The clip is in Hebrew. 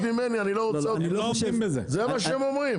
אני לא רוצה אותו, זה מה שהם אומרים.